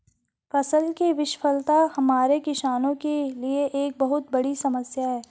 फसल की विफलता हमारे किसानों के लिए एक बहुत बड़ी समस्या है